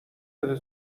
بده